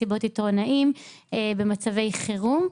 מסיבות עיתונאים במצבי חירום.